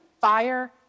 fire